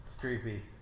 Creepy